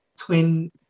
twin